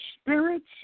spirits